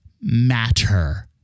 matter